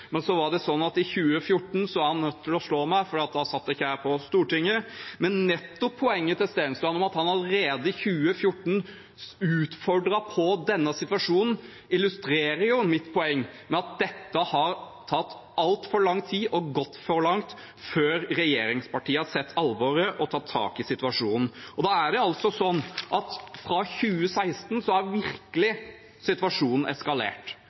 i 2014 var han nødt til å slå meg, for da satt ikke jeg på Stortinget. Men nettopp poenget til representanten Stensland, det at han allerede i 2014 utfordret vedrørende denne situasjonen, illustrerer jo mitt poeng – at dette har tatt altfor lang tid og gått for langt før regjeringspartiene har sett alvoret og tatt tak i situasjonen.